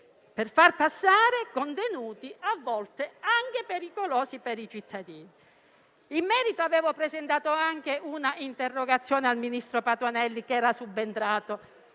per far passare contenuti a volte anche pericolosi per i cittadini. In merito avevo presentato anche una interrogazione al ministro Patuanelli, subentrato